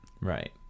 right